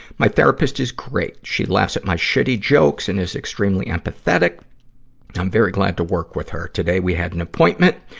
my therapist is great. she laughs at my shitty jokes, and is extremely empathetic. i'm very glad to work with her. today, we had an appointment.